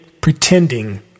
pretending